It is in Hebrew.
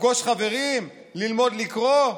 לפגוש חברים, ללמוד לקרוא?